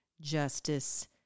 justice